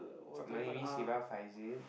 siva Faizil